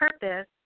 purpose